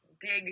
dig